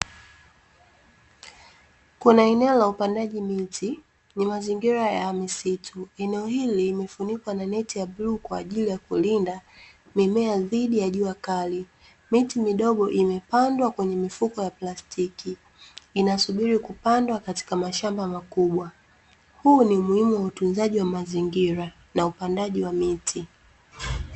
Kuna eneo la upandaji miti, ni mazingira ya misitu. Eneo hili limefunikwa na neti ya bluu kwaajili ya kulinda mimea dhidi ya jua kali, miti midogo imepandwa kwenye mifuko ya plastiki, inasubiri kupandwa katika mashamba makubwa.